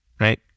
right